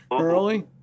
early